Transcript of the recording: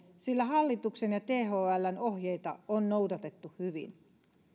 sillä hallituksen ja thln ohjeita on noudatettu hyvin